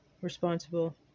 Responsible